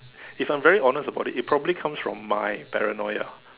if I'm very honest about it it probably comes from my paranoia